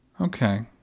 Okay